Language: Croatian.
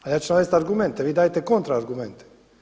A ja ću navesti argumente, a vi dajte kontraargumente.